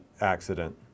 accident